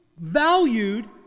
valued